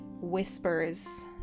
whispers